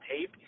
tape